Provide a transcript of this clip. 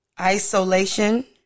isolation